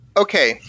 Okay